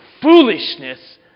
foolishness